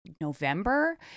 November